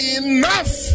enough